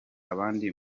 abandi